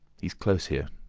he's close here.